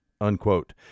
unquote